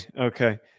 Okay